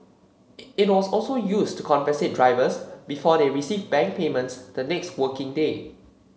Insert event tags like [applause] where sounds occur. [unintelligible] it was also used to compensate drivers before they received bank payments the next working day